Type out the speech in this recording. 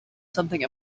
something